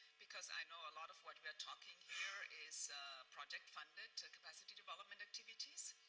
because i know a lot of what we are talking here is project-funded capacity development activities.